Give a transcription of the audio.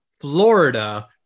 Florida